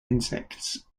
insects